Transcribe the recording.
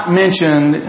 mentioned